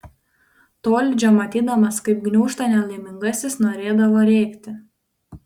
tolydžio matydamas kaip gniūžta nelaimingasis norėdavo rėkti